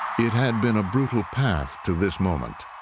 it had been a brutal path to this moment,